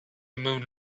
moon